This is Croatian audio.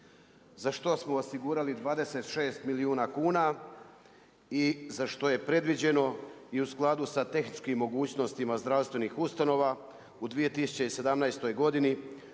za što smo osigurali 26 milijuna kuna i za što je predviđeno i u skladu sa tehničkom mogućnostima zdravstvenih ustanova u 2017. godini